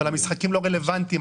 אבל המשחקים לא רלוונטיים.